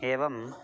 एवम्